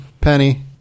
Penny